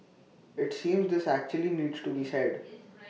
IT seems this actually needs to be said